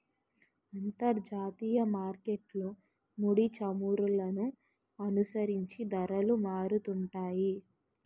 అంతర్జాతీయ మార్కెట్లో ముడిచమురులను అనుసరించి ధరలు మారుతుంటాయి